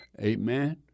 Amen